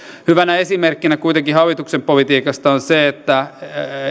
hyvänä esimerkkinä hallituksen politiikasta on se että